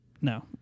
No